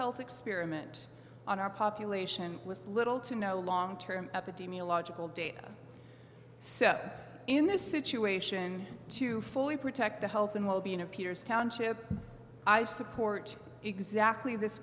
health experiment on our population with little to no long term epidemiological data so in this situation to fully protect the health and well being appears township i support exactly this